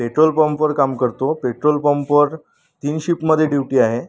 petrol पंपवर काम करतो पेट्रोल पंपवर तीन शिफ्टमध्ये ड्युटी आहे